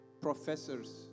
professors